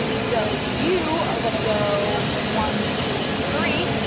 so you are gonna go one, two, three,